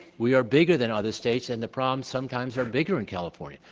we are bigger than other states and the problems sometimes are bigger in california.